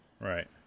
Right